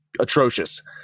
atrocious